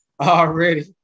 already